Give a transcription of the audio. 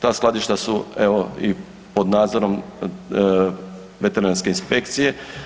Ta skladištu su, evo, i pod nadzorom veterinarske inspekcije.